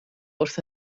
wrth